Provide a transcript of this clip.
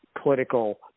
political